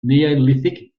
neolithic